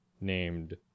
named